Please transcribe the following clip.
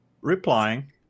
replying